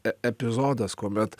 epizodas kuomet